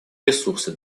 ресурсы